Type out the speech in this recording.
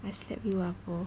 I slap you ah